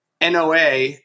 NOA